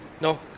No